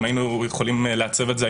אם היינו יכולים לעצב את זה,